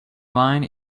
mind